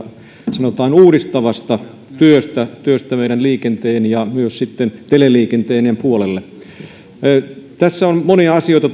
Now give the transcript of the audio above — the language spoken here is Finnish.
sanotaan uudistavasta työstä työstä meidän liikenteen ja myös sitten teleliikenteen puolella tässä budjetissa on monia hyvin positiivisia asioita